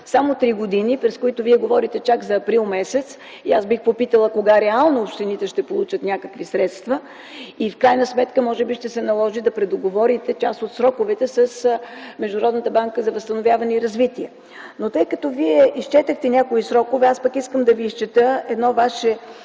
само три години, през които Вие говорите чак за м. април и аз бих попитала: кога реално общините ще получат някакви средства и в крайна сметка може би ще се наложи да предоговорите част от сроковете с Международната банка за възстановяване и развитие? Тъй като Вие изчетохте някои срокове, аз пък искам да Ви изчета един Ваш